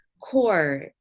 core